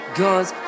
guns